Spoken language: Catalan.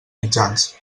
mitjans